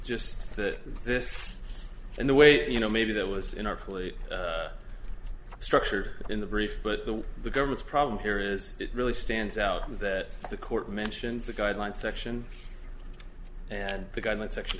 just that this and the way you know maybe that was in our police structure in the brief but the the government's problem here is it really stands out that the court mentions the guidelines section and the government section